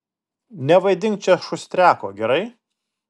nevaidink čia šustriako gerai